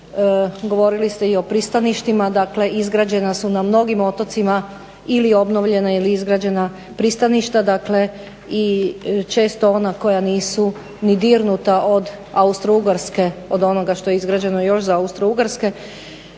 Govorili ste i o pristaništima, dakle izgrađena su na mnogim otocima ili obnovljena ili izgrađena pristaništa, dakle i često ona koja nisu ni dirnut od Austrougarske, od onoga što je izgrađeno još za Austrougarske,